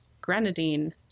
grenadine